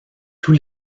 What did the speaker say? tous